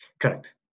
Correct